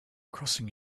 crossing